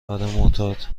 معتاد